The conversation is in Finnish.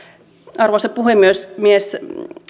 arvoisa puhemies